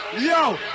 Yo